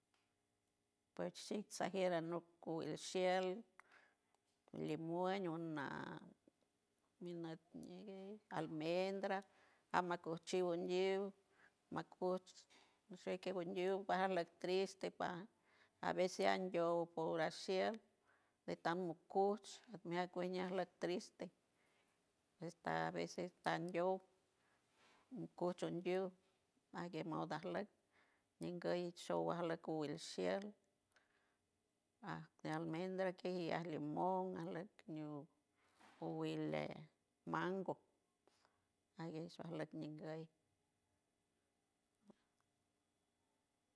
Puej shix sajier a notcu shiael eliemuel miñaguiel almendra amacuchiu undiew macuch ñusecu munyiu pasarla triste pajaw a veces andiel por asiel de tan mucush meat cueñaj de tan la triste estar deaveces tanyou mucocho undious aguel moda alok ñengoy show alok cul showelshiel de almendra que de lemon alok ñiu o will dey de mango aguesh alokñengoy